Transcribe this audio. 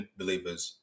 believers